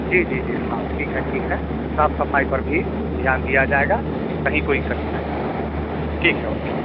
जी जी जी हाँ ठीक है ठीक है साफ़ सफ़ाई पर भी ध्यान दिया जाएगा कहीं कोई कठिनाई नहीं होगी ठीक है ओके